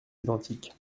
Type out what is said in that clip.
identiques